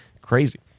Crazy